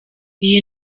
iyi